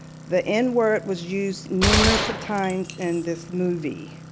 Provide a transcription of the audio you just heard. the n word was used numerous of times in this movie.